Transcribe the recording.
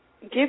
give